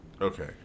Okay